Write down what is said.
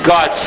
God